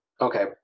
Okay